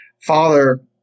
father